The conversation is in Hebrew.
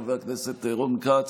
חבר הכנסת רון כץ,